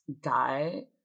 guy